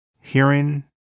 hearing